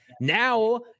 now